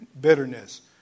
bitterness